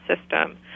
system